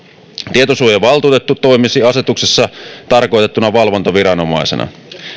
tietosuojavaltuutettu toimisi asetuksessa tarkoitettuna valvontaviranomaisena